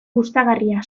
gustagarria